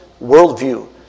worldview